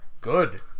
good